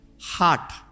heart